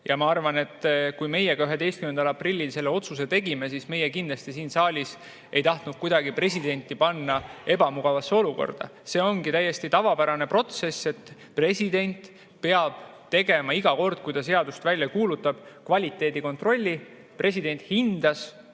Ma arvan, et kui meie ka 11. aprillil selle otsuse tegime, siis meie kindlasti siin saalis ei tahtnud kuidagi presidenti panna ebamugavasse olukorda. See ongi täiesti tavapärane protsess, et president peab tegema iga kord, kui ta seadust välja kuulutab, kvaliteedikontrolli. President hindas